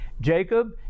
Jacob